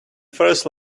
first